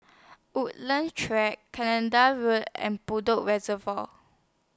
Woodleigh Track Canada Road and Bedok Reservoir